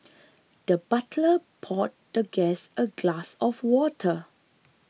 the butler poured the guest a glass of water